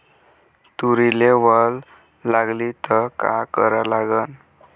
तुरीले वल लागली त का करा लागन?